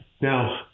Now